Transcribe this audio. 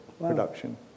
production